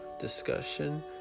discussion